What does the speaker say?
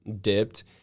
dipped